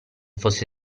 fosse